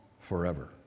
forever